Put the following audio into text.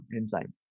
enzyme